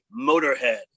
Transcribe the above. Motorhead